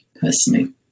personally